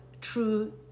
true